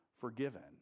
forgiven